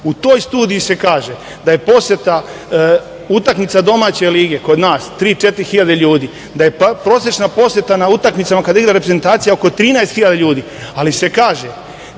toj studiji se kaže da je poseta utakmica domaće lige kod nas 3.000 - 4.000 ljudi, da je prosečna poseta na utakmicama kada igra reprezentacija oko 13.000 ljudi, ali se kaže